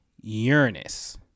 Uranus